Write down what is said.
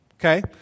Okay